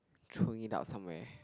throwing it out somewhere